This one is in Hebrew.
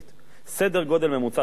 סדר גודל ממוצע של ההנחות,